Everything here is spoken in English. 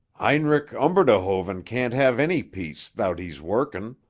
heinrich umberdehoven can't have any peace thout he's working,